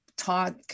taught